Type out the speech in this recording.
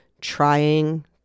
trying